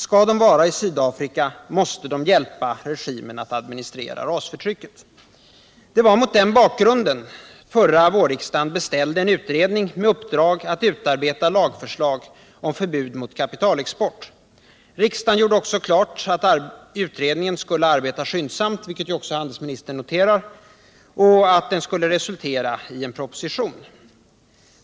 Skall de vara i Sydafrika måste de hjälpa regimen att administrera rasförtrycket. Det var mot den bakgrunden förra vårriksdagen beställde en utredning med uppdrag att utarbeta lagförslag om förbud mot kapitalexport. Riksdagen gjorde klart att utredningen skulle arbeta skyndsamt — vilket också handelsministern noterat — och att den skulle resultera i en proposition.